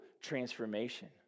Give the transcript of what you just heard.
transformation